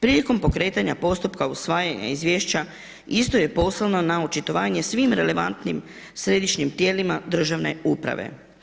Prilikom pokretanja postupka usvajanja izvješća isto je poslano na očitovanje svim relevantnim središnjim tijelima državne uprave.